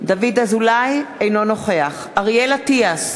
אינו נוכח אריאל אטיאס,